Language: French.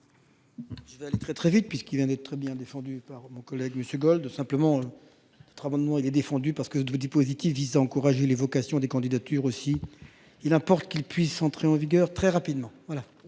Je vais aller très très vite puisqu'il vient d'être très bien défendu par mon collègue monsieur Gold simplement. Travaux il est défendu. Parce que je vous dis positive, visant à encourager les vocations des candidatures aussi il importe qu'il puisse entrer en vigueur très rapidement